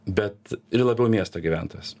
bet ir labiau miesto gyventojas